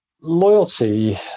Loyalty